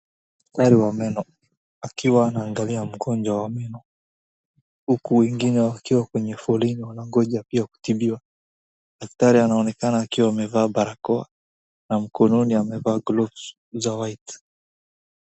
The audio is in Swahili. Daktari wa meno akiwa anaangalia mgonjwa wa meno uku wengine wakiwa kwenye foleni wanagoja pia kutibiwa. Daktari anaonekana akiwa amevaa barakoa na mkononi amevaa gloves za white .